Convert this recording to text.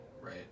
right